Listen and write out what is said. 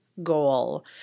goal